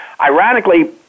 Ironically